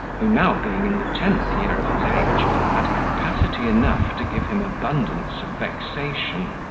who now being in the tenth year of his age, had capacity enough to give him abundance of vexation.